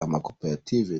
amakoperative